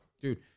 dude